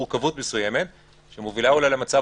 יש פה מורכבות מסוימת שמובילה אולי למצב